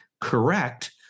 correct